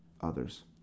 others